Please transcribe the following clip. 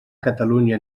catalunya